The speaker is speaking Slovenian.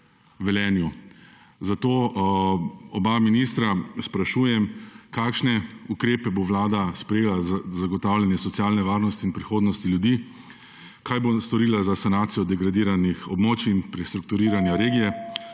Velenju. Zato oba ministra sprašujem: Kakšne ukrepe bo Vlada sprejela za zagotavljanje socialne varnosti in prihodnosti ljudi? Kaj bo storila za sanacijo degradiranih območij in prestrukturiranje regije?